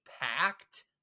packed